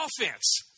Offense